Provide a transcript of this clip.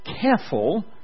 careful